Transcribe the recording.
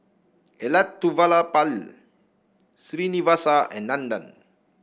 Elattuvalapil Srinivasa and Nandan